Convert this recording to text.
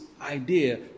idea